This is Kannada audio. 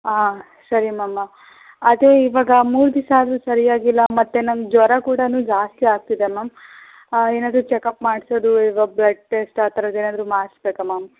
ಹಾಂ ಸರಿ ಮ್ಯಾಮ್ ಅದೇ ಈವಾಗ ಮೂರು ದಿವಸ ಆದರೂ ಸರಿಯಾಗಿಲ್ಲ ಮತ್ತು ನನಗೆ ಜ್ವರ ಕೂಡನು ಜಾಸ್ತಿ ಆಗ್ತಿದೆ ಮ್ಯಾಮ್ ಏನಾದರೂ ಚೆಕಪ್ ಮಾಡಿಸೋದು ಈಗ ಬ್ಲಡ್ ಟೆಸ್ಟ್ ಆ ಥರದ್ದು ಏನಾದರೂ ಮಾಡಿಸಬೇಕಾ ಮ್ಯಾಮ್